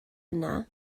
yna